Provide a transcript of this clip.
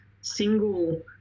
single